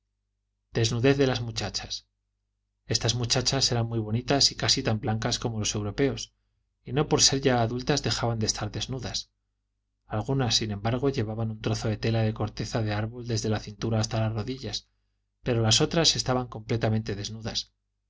desnudez de las muchachas estas muchachas eran muy bonitas y casi tan blancas como los europeos y no por ser ya adultas dejaban de estar desnudas algunas sin embargo llevaban un trozo de tela de corteza de árbol desde la cintura hasta las rodillas pero las otras estaban completamente desnudas